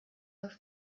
auf